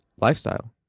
lifestyle